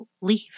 leave